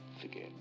forget